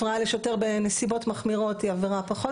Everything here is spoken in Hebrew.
הפרעה לשוטר בנסיבות מחמירות היא עבירה פחות